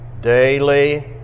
Daily